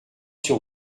sur